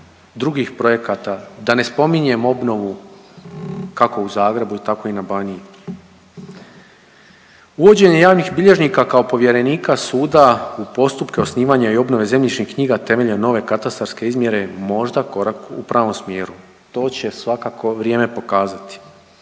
drugih projekata da ne spominjem obnovu kako u Zagrebu, tako i na Baniji. Uvođenje javnih bilježnika kao povjerenika suda u postupke osnivanja i obnove zemljišnih knjiga temeljem nove katastarske izmjere možda je korak u pravom smjeru. To će svakako vrijeme pokazati.